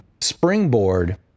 springboard